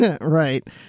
Right